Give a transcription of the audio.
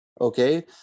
Okay